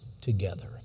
together